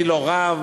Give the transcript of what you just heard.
אני לא רב.